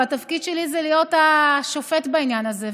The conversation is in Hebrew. והתפקיד שלי זה להיות השופט בעניין הזה,